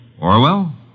Orwell